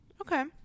okay